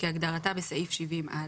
כהגדרתה בסעיף 70א,